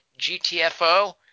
GTFO